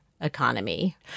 economy